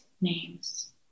names